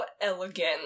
elegant